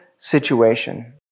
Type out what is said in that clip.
Situation